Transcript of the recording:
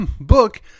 book